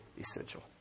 essential